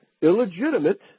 illegitimate